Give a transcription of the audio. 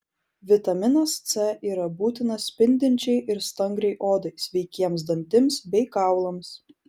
vitaminas c yra būtinas spindinčiai ir stangriai odai sveikiems dantims bei kaulams